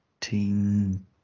teen